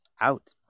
out